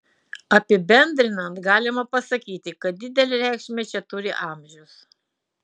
apibendrinant galima pasakyti kad didelę reikšmę čia turi amžius